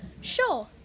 sure